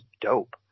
dope